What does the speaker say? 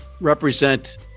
represent